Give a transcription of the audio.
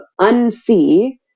unsee